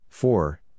Four